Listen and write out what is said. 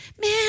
Man